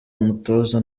umutoza